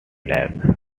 life